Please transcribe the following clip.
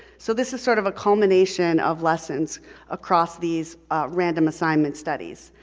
so this is sort of a culmination of lessons across these random assignment studies.